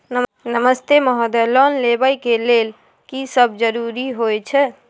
नमस्ते महोदय, लोन लेबै के लेल की सब जरुरी होय छै?